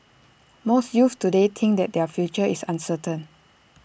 most youths today think that their future is uncertain